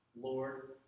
Lord